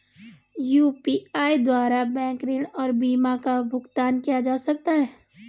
UPI द्वारा bank ऋण और बीमा का भी भुगतान किया जा सकता है?